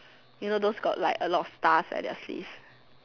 you know those got like a lot of stars at their sleeve